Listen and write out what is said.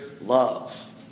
love